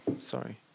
sorry